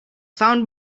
sound